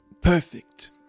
Perfect